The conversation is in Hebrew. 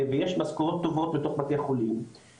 ויש משכורות טובות בתוך בתי החולים,